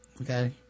okay